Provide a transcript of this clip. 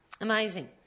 Amazing